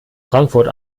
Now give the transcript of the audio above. frankfurt